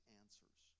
answers